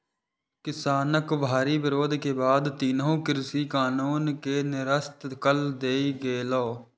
किसानक भारी विरोध के बाद तीनू कृषि कानून कें निरस्त कए देल गेलै